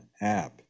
app